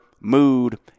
mood